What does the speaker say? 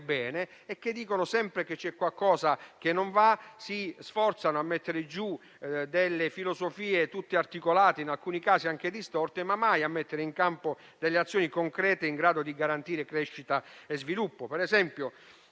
bene, e che dicono sempre che c'è qualcosa che non va; si sforzano di mettere in campo filosofie molto articolate, in alcuni casi anche distorte, ma mai azioni concrete in grado di garantire crescita e sviluppo. Per esempio,